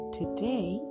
today